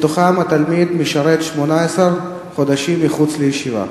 שמתוכם התלמיד משרת 18 חודשים מחוץ לישיבה.